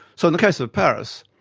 so in the case of paris,